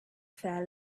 fair